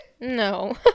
no